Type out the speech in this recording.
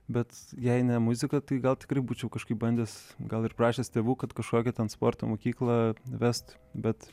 bet jei ne muzika tai gal tikrai būčiau kažkaip bandęs gal ir prašęs tėvų kad kažkokią ten sporto mokyklą vest bet